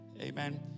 amen